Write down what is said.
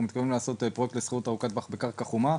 מתכוונים לעשות פרויקט לשכירות ארוכת טווח בקרקע חומה.